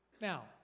now